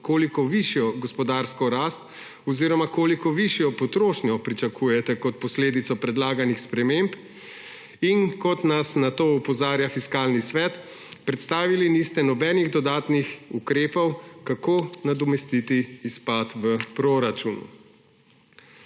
koliko višjo gospodarsko rast oziroma koliko višjo potrošnjo pričakujete kot posledico predlaganih sprememb. In kot nas na to opozarja Fiskalni svet, predstavili niste nobenih dodatnih ukrepov, kako nadomestiti izpad v proračunu.